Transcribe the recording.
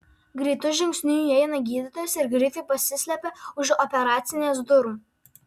greitu žingsniu įeina gydytojas ir greitai pasislepia už operacinės durų